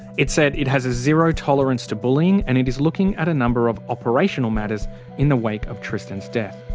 it said it has a zero tolerance to bullying and it is looking at a number of operational matters in the wake of tristan's death.